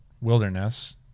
Wilderness